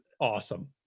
awesome